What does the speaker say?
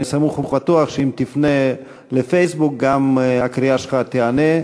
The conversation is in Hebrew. אני סמוך ובטוח שאם תפנה לפייסבוק גם הקריאה שלך תיענה.